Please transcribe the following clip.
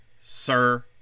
sir